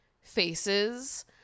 faces